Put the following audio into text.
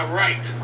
right